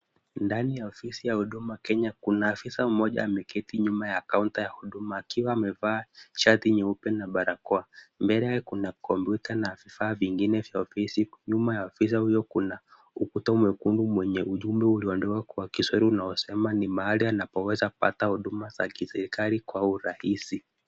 Ndani ya ofisi ya Huduma Kenya kuna afisa mmoja ameketi nyuma ya kaunta ya huduma akiwa amevaa shati nyeupe na barakoa, mbele kuna kompyuta na vifaa vingine vya ofisi. Nyuma ya afisa huyo kuna ukuta mwekundu mwenye ujumbe ulioandikwa wa kiswahili ni mahali anapoweza kupata huduma za serikali kwa urahisi.